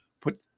put